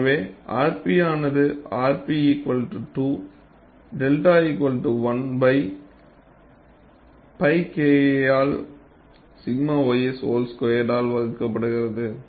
எனவே rp ஆனது rp 2 𝚫 1 π Kl ஆல் 𝛔 ys வோல் ஸ்குயர்ட் வகுக்கப்படுகிறது